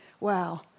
wow